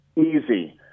easy